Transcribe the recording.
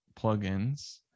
plugins